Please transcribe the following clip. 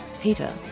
Peter